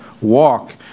walk